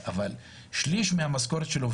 אבל שליש מהמשכורת שלו,